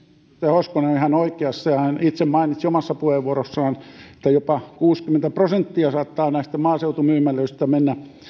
hoskonen on ihan oikeassa ja hän itse mainitsi omassa puheenvuorossaan että jopa kuusikymmentä prosenttia saattaa näistä maaseutumyymälöistä mennä